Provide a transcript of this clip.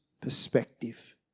perspective